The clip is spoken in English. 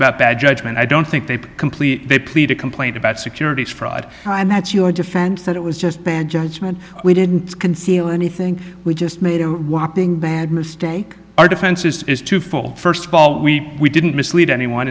about bad judgment i don't think they complete they plead a complaint about securities fraud and that's your defense that it was just bad judgment we didn't conceal anything we just made a whopping bad mistake our defense is twofold first of all we we didn't mislead anyone